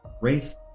race